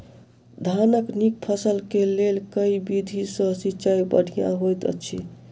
धानक नीक फसल केँ लेल केँ विधि सँ सिंचाई बढ़िया होइत अछि?